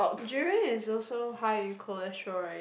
durian is also high in cholesterol right